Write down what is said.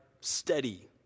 steady